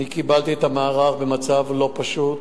אני קיבלתי את המערך במצב לא פשוט.